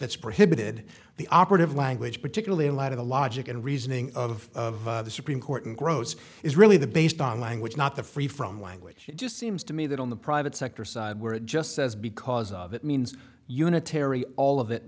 that's predicted the operative language particularly in light of the logic and reasoning of the supreme court and gross is really the based on language not the free from language just seems to me that on the private sector side where it just says because of it means unitary all of it